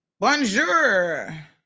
Bonjour